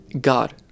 God